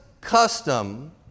custom